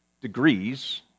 degrees